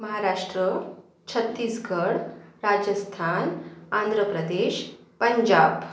Maharashtra Chhattisgarh Rajasthan Andhra Pradesh Punjab